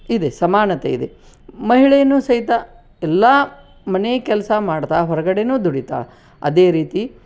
ಇದೆ ಸಮಾನತೆ ಇದೆ ಮಹಿಳೆಯೂ ಸಹಿತ ಎಲ್ಲ ಮನೆ ಕೆಲಸ ಮಾಡ್ತಾ ಹೊರಗಡೇನೂ ದುಡೀತಾಳೆ ಅದೇ ರೀತಿ